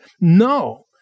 No